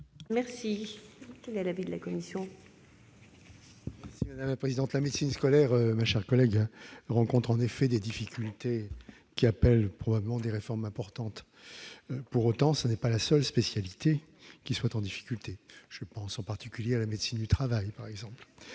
Quel est l'avis de la commission ?